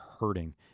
hurting